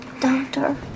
doctor